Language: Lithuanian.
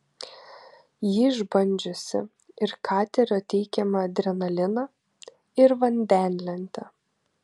ji išbandžiusi ir katerio teikiamą adrenaliną ir vandenlentę